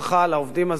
לעובדים הזרים,